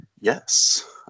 Yes